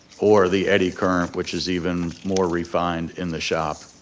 or the eddy current which is even more refined in the shop.